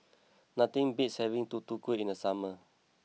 nothing beats having Tutu Kueh in the summer